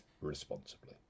responsibly